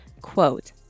quote